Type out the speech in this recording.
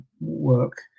work